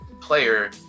player